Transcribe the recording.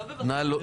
ושוב,